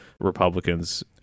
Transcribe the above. Republicans